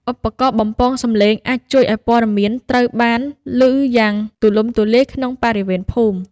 ឧបករណ៍បំពងសំឡេងអាចជួយឱ្យព័ត៌មានត្រូវបានឮយ៉ាងទូលំទូលាយក្នុងបរិវេណភូមិ។